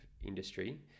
industry